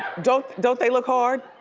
don't don't they look hard?